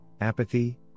Apathy